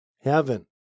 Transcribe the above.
heaven